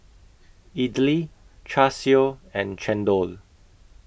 Idly Char Siu and Chendol